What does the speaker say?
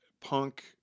punk